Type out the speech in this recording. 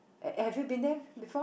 have you been there before